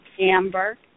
amber